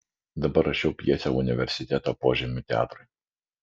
dabar rašiau pjesę universiteto požemių teatrui